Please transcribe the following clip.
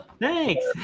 Thanks